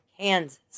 Kansas